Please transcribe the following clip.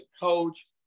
coach